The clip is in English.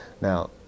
Now